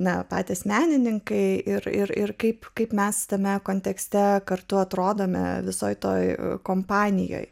net patys menininkai ir ir kaip kaip mes tame kontekste kartu atrodome visoje toje kompanijoje